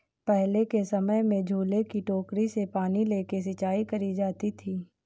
पहले के समय में झूले की टोकरी से पानी लेके सिंचाई करी जाती थी